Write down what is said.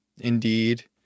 Indeed